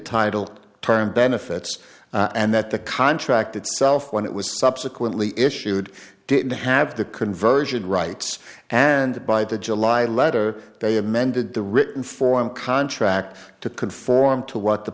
titled term benefits and that the contract itself when it was subsequently issued didn't have the conversion rights and by the july letter they amended the written form contract to conform to what the